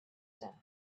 death